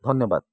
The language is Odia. ଧନ୍ୟବାଦ